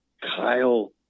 Kyle